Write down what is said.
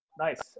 Nice